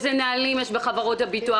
איזה נהלים יש בחברות הביטוח.